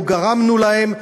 לא גרמנו להן,